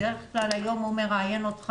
בדרך כלל היום הוא מראיין אותך,